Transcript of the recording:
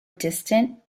distant